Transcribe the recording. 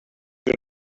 uns